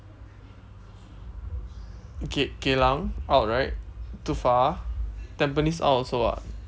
gey~ geylang out right too far tampines out also [what]